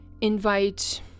invite